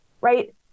right